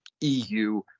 EU